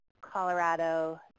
Colorado